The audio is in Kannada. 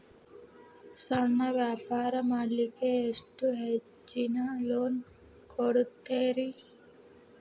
ಸಣ್ಣ ವ್ಯಾಪಾರ ಮಾಡ್ಲಿಕ್ಕೆ ಎಷ್ಟು ಹೆಚ್ಚಿಗಿ ಲೋನ್ ಕೊಡುತ್ತೇರಿ?